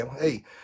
hey